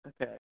Okay